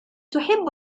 تحب